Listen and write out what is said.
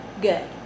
good